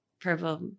purple